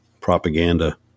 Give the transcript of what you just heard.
propaganda